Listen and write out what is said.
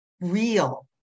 real